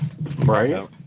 Right